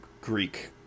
greek